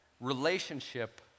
Relationship